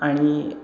आणि